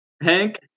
Hank